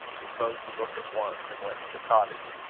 he closed the book at once, and went to the cottage.